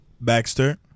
Baxter